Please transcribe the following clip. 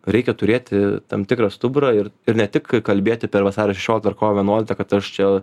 reikia turėti tam tikrą stuburą ir ir ne tik kalbėti per vasario šešioliktą ar kovo vienuoliktą kad aš čia